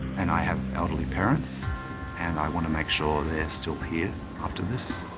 and i have elderly parents and i want to make sure they're still here after this.